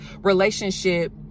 relationship